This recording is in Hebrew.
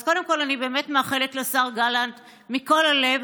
אז קודם כול, אני באמת מאחלת לשר גלנט מכל הלב